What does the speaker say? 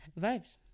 vibes